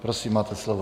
Prosím, máte slovo.